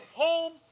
home